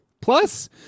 Plus